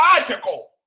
logical